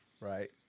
right